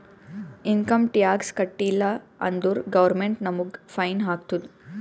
income tax ಕಟ್ಟೀಲ ಅಂದುರ್ government ನಮುಗ್ ಫೈನ್ ಹಾಕ್ತುದ್